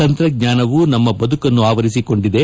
ತಂತ್ರಜ್ಞಾನವೂ ನಮ್ಮ ಬದುಕನ್ನು ಆವರಿಸಿಕೊಂಡಿದೆ